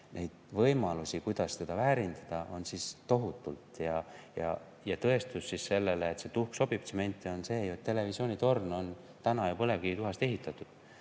võimalusi, kuidas seda väärindada, on tohutult. Tõestus sellele, et see tuhk sobib tsementi, on see, et televisioonitorn on ju põlevkivituhast ehitatud.